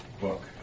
book